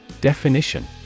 Definition